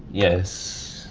yes,